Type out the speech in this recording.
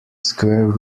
square